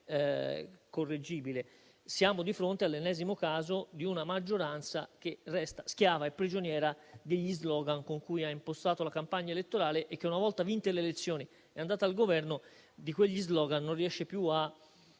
Siamo di fronte all'ennesimo caso di una maggioranza che resta schiava e prigioniera degli *slogan* con cui ha impostato la campagna elettorale e che una volta vinte le elezioni e andata al Governo, di quegli *slogan* non riesce più a